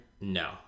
No